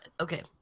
Okay